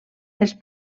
els